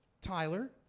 Tyler